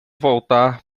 voltar